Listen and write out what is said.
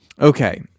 Okay